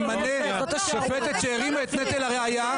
ימנה שופטת שהרימה את נטל הראיה?